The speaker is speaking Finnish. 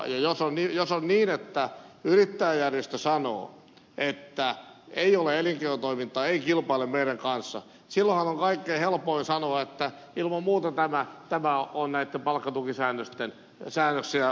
jos on niin että yrittäjäjärjestö sanoo että ei ole elinkeinotoimintaa ei kilpaile meidän kanssamme silloinhan on kaikkein helpoin sanoa että ilman muuta tämä näitä palkkatukisäännöksiä voi noudattaa